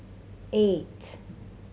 eight